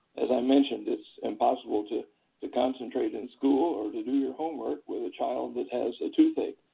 as i mentioned, it's impossible to to concentrate in school or to do your homework with a child that has a toothache.